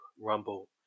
rumble